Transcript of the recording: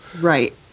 Right